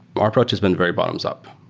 our approach has been very bottoms-up.